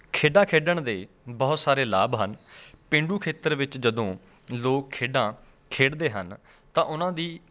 ਖੇਡਾਂ ਖੇਡਣ ਦੇ ਬਹੁਤ ਸਾਰੇ ਲਾਭ ਹਨ ਪੇਂਡੂ ਖੇਤਰ ਵਿੱਚ ਜਦੋਂ ਲੋਕ ਖੇਡਾਂ ਖੇੇਡਦੇ ਹਨ ਤਾਂ ਉਹਨਾਂ ਦੀ